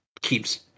keeps